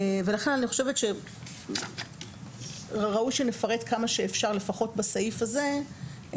ולכן אני חושבת שראוי שנפרט כמה שאפשר לפחות בסעיף הזה,